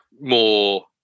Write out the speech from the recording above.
more